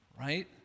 right